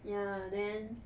ya then